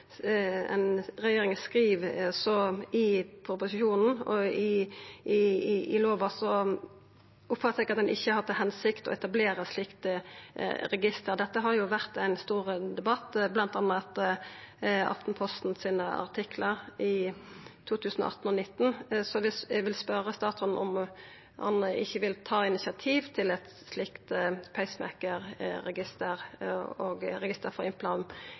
skriv i proposisjonen og i lovforslaget, oppfattar eg at ein ikkje har til hensikt å etablera eit slikt register. Dette har vore ein stor debatt, bl.a. gjennom Aftenpostens artiklar i 2018 og 2019. Så eg vil spørja statsråden: Vil han ikkje ta initiativ til eit slikt pacemakerregister og eit register for